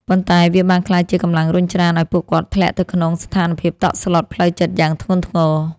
ប៉ុន្តែវាបានក្លាយជាកម្លាំងរុញច្រានឱ្យពួកគាត់ធ្លាក់ទៅក្នុងស្ថានភាពតក់ស្លុតផ្លូវចិត្តយ៉ាងធ្ងន់ធ្ងរ។